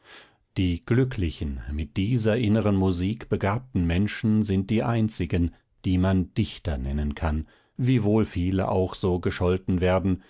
die glücklichen mit dieser inneren musik begabten menschen sind die einzigen die man dichter nennen kann wiewohl viele auch so gescholten werden